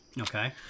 Okay